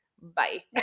bye